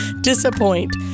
disappoint